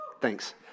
Thanks